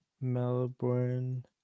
melbourne